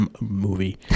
Movie